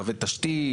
קווי תשתית.